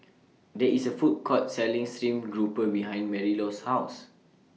There IS A Food Court Selling Stream Grouper behind Marilou's House